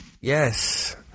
Yes